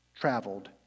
traveled